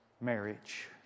marriage